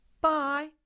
Bye